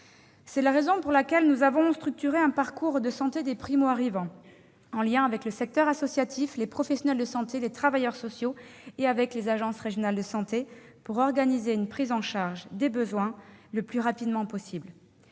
C'est la raison pour laquelle nous avons structuré un parcours de santé des primo-arrivants, en lien avec le secteur associatif, les professionnels de santé, les travailleurs sociaux et les agences régionales de santé, pour organiser une prise en charge des besoins le plus rapidement possible.